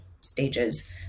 stages